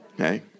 Okay